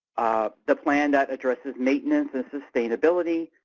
the plan that addresses maintenance and sustainability,